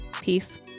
Peace